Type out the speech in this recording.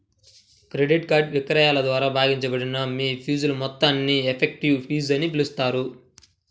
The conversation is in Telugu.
క్రెడిట్ కార్డ్ విక్రయాల ద్వారా భాగించబడిన మీ ఫీజుల మొత్తాన్ని ఎఫెక్టివ్ ఫీజులని పిలుస్తారు